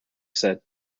said